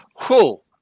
Cool